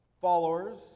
followers